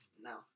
No